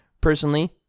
Personally